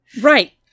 right